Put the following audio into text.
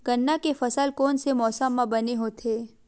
गन्ना के फसल कोन से मौसम म बने होथे?